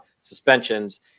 suspensions